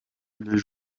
les